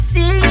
See